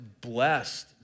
blessed